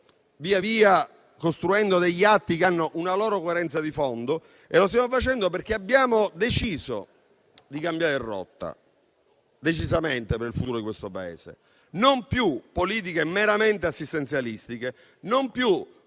via via costruendo degli atti che hanno una loro coerenza di fondo, perché abbiamo deciso di cambiare rotta per il futuro di questo Paese: non più politiche meramente assistenzialistiche, non più